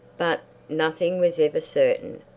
but nothing was ever certain,